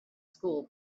school